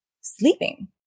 sleeping